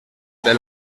del